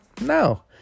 no